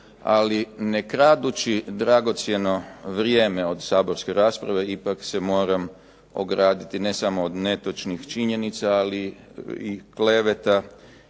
ali ne kradući dragocjeno vrijeme od saborske rasprave ipak se moram ograditi ne samo od netočnih činjenica i kleveta